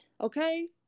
Okay